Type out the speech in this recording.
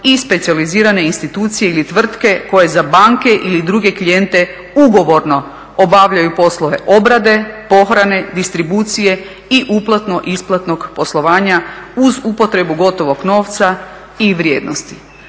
i specijalizirane institucije ili tvrtke koje za banke ili druge klijente ugovorno obavljaju poslove obrade, pohrane, distribucije i uplatno isplatnog poslovanja uz upotrebu gotovog novca i vrijednosti.